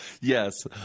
yes